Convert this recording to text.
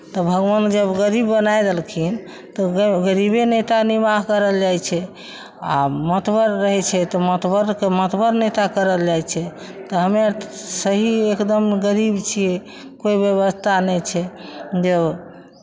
तऽ भगवान जब गरीब बनाय देलखिन तऽ ग गरीबे नहिता निबाह करल जाइ छै आ मतवर रहै छै तऽ मतवरकेँ मतवर नहिता करल जाइ छै तऽ हमे अर तऽ स्स सही एकदम गरीब छियै कोइ व्यवस्था नहि छै जे ओ